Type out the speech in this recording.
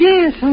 Yes